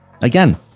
Again